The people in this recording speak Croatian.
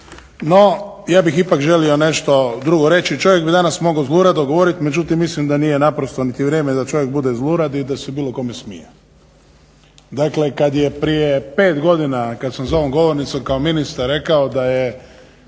No, ja bih ipak želio nešto drugo reći. Čovjek bi mogao danas zlurado govoriti međutim mislim da nije naprosto niti vrijeme da čovjek bude zlurad i da se bilo kome smije. Dakle, kad prije pet godina kad sam za ovom govornicom kao ministar rekao da je